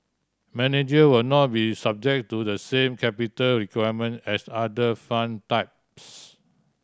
manager will not be subject to the same capital requirement as other fund types